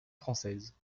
française